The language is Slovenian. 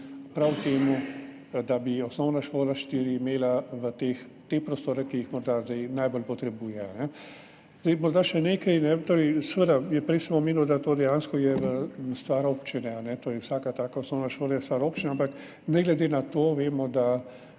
prav temu, da bi Osnovna šola IV imela te prostore, ki jih morda zdaj najbolj potrebuje. Morda še nekaj. Prej sem omenil, da je to dejansko stvar občine. Torej, vsaka taka osnovna šola je stvar občine, ampak ne glede na to vemo, da